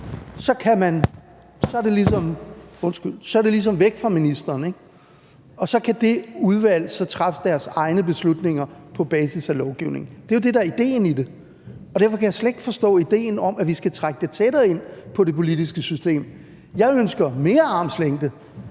er det ligesom væk fra ministeren, ikke? Og så kan det udvalg så træffe deres egne beslutninger på basis af lovgivningen. Det er jo det, der er idéen i det. Og derfor kan jeg slet ikke forstå idéen om, at vi skal trække det tættere ind på det politiske system. Jeg ønsker mere armslængde,